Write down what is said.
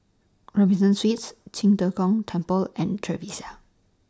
Robinson Suites Qing De Gong Temple and Trevista